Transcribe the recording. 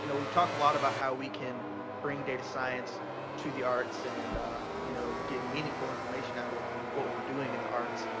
you know we've talked a lot about how we can bring data science to the arts and you know get meaningful information out of what we're doing in the arts.